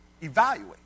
evaluate